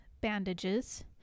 bandages